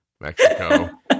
Mexico